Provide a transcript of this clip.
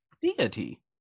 Deity